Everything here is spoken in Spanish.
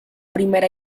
primera